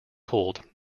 pulled